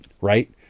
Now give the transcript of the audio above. right